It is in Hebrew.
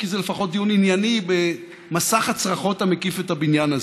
כי זה לפחות דיון ענייני במסך הצרחות המקיף את הבניין הזה.